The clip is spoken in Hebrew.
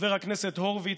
חבר הכנסת הורוביץ,